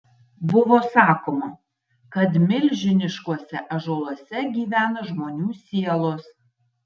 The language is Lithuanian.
buvo sakoma kad milžiniškuose ąžuoluose gyvena žmonių sielos